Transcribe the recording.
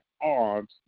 arms